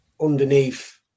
underneath